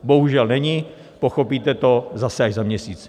Bohužel není, pochopíte to zase až za měsíc.